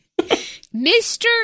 Mr